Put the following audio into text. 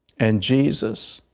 and jesus,